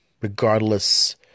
regardless